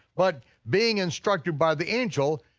but being instructed by the angel,